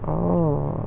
oh